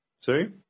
sorry